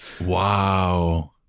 Wow